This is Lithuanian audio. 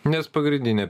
nes pagrindinė